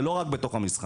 זה לא רק בתוך המשחק,